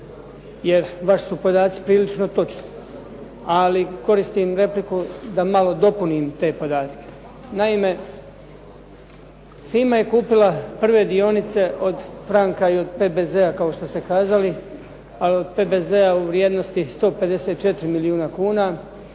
jer vaši su podaci prilično točni, ali koristim repliku da malo dopunim te podatke. Naime, FIMA je kupila prve dionice od "Francka" i od PBZ-a, kao što ste kazali, ali od PBZ-a u vrijednosti 154 milijuna kuna,